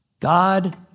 God